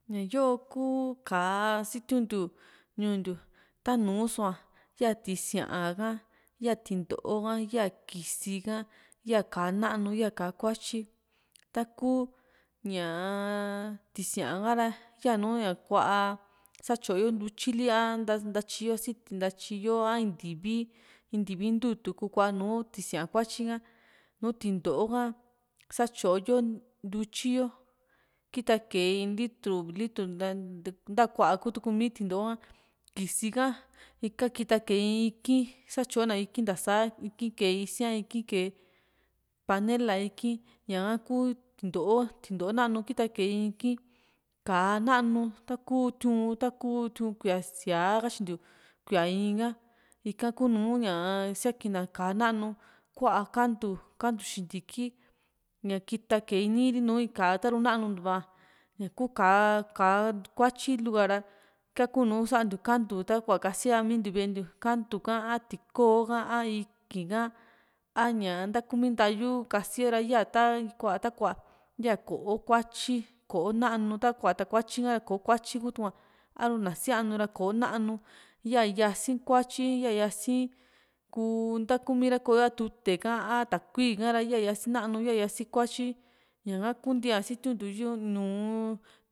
ña yoo kuu ka´a sitiuntiu ñuu ntiu tanu soa ya tisíaa ha ya tinto´o ka ya kisi haya ka´a nanu ya ka´a kuatyi, taku ñaa tisíaa ha ra yanu ña kua satyo yo ntutyili a ntatyi yo siti ntatyi yo a in ntivi a in ntivi ntutu kuaa nùù tisía kuatyi ka nùù tinto´o ka satyo yo ntutyi yo kita kee in litru uvi litru ntakuaa ku tu´mi tinto´o ka kisi ka ika kita kee in iki´n satyo na iki´n nta saa iki´n kee isia iki´n kee panela ke ña´ha ku tinto´o tinto´o nanu kita kee in iki´n ka´a nanu taku tiu´n taku tiu´n kuía síaa katyintiu kuíaa in ha ika kunu ña ñá siakii na ka´a nanu kuaa kantu kantu xintiki ña kita kee ini ri nùù in ka´a taru nanuntuva´a ñaku ka´a ka´a kuatyi luka ra ika kuu nùù santiu kantu takua kasia mintiu ve´e ntiu kantu ka a tikoo ka a ìkiin ka a ñaa ntaku mi ntayu kase ra yaa ta kua ta kua ya ko´o kuatyi ko´o nanu ta+ kua takuatyi ka´ra ko´o kuatyi ku tuku´a a´ru na sia´nu ra ko´o nanu ya yasi´n kuatyi ya yasi´n kuu ntakumii ra ko´e a tute ka a takuii ka ra ya yasi´n nanu iya yasi´n kuatyi ñaka kunti´a sitiuntiu yo nu´u